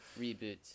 Reboot